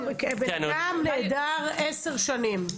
אדם נעדר 10 שנים.